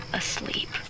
asleep